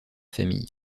famille